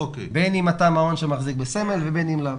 בין אם אתה מעון שמחזיק בסמל או לא.